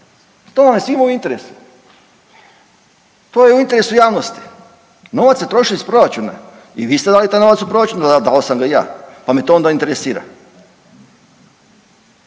To vam je svima u interesu, to je u interesu javnosti. Novac se troši iz proračuna i vi ste dali daj novac u proračun, dao sam ga i ja pa me to onda interesira.